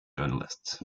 journalists